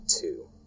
two